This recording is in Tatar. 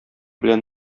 белән